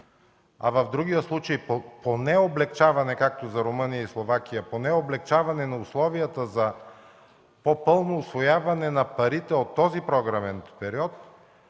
а в другия случай, поне облекчаване, както за Румъния и Словакия, на условията за по-пълно усвояване за парите от този програмен период,